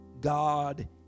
God